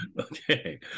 okay